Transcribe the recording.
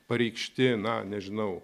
pareikšti na nežinau